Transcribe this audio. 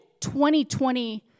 2020